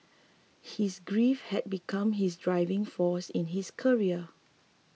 his grief had become his driving force in his career